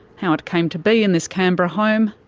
how it came to be in this canberra home,